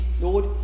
Lord